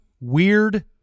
weird